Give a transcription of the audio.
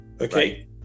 okay